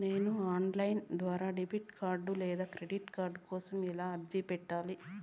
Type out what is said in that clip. నేను online ద్వారా debit card లేదా క్రెడిట్ కార్డు కోసం ఎలా అర్జీ పెట్టాలి?